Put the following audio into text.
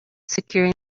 securing